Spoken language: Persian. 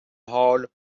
حال